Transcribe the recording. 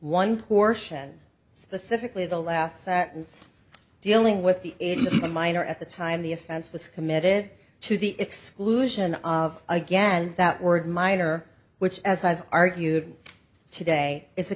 one portion specifically the last sentence dealing with the in the minor at the time the offense was committed to the exclusion of again that word might or which as i've argued today is a